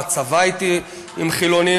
בצבא הייתי עם חילונים,